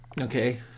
okay